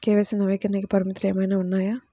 KYC నవీకరణకి పరిమితులు ఏమన్నా ఉన్నాయా?